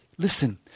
Listen